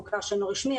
מוכר שאינו רשמי,